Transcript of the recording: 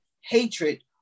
hatred